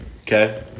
okay